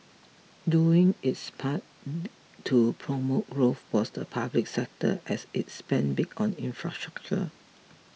doing its part to promote growth was the public sector as it spent big on infrastructure